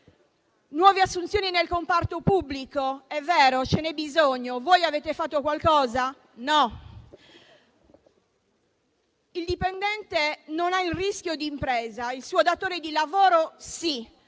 Nuove assunzioni nel comparto pubblico, è vero, ce n'è bisogno: voi avete fatto qualcosa? No. Il dipendente non ha il rischio d'impresa, il suo datore di lavoro sì.